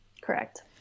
Correct